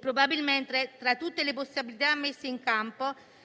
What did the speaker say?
Probabilmente, tra tutte le possibilità messe in campo,